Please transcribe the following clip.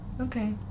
Okay